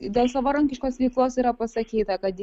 dėl savarankiškos veiklos yra pasakyta kad